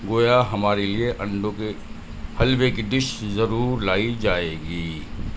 گویا ہمارے لیے انڈوں کے حلوے کی ڈش ضرور لائی جائے گی